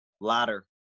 Ladder